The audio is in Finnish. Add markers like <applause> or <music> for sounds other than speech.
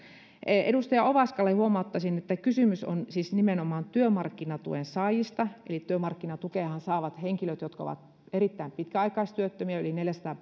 edustaja ovaskalle huomauttaisin että kysymys on siis nimenomaan työmarkkinatuen saajista eli työmarkkinatukeahan saavat henkilöt jotka ovat erittäin pitkäaikaistyöttömiä yli neljäsataa <unintelligible>